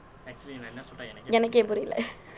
எனக்கே புரியலே:enakke puriyale